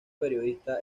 periodista